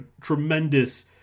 tremendous